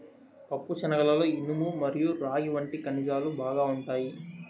పప్పుశనగలలో ఇనుము మరియు రాగి వంటి ఖనిజాలు బాగా ఉంటాయి